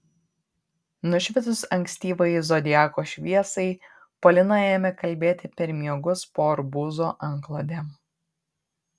nušvitus ankstyvajai zodiako šviesai polina ėmė kalbėti per miegus po arbūzo antklodėm